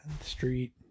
Street